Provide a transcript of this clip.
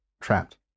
trapped